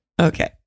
Okay